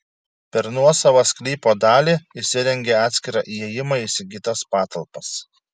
per nuosavą sklypo dalį įsirengė atskirą įėjimą į įsigytas patalpas